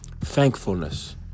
thankfulness